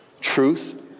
truth